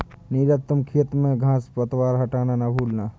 नीरज तुम खेत में घांस पतवार हटाना ना भूलना